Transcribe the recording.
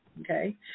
okay